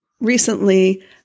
recently